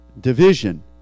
division